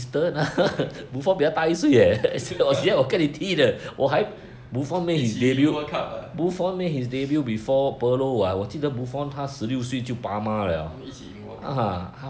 一起 world cup [what] 他们一起 world cup